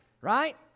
Right